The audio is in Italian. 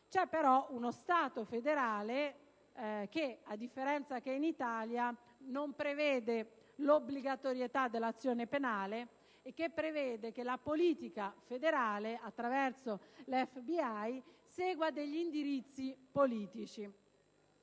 C'è però uno Stato federale che, a differenza dell'Italia, non prevede l'obbligatorietà dell'azione penale e prevede che la politica federale, attraverso l'FBI, segua indirizzi politici.